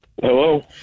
Hello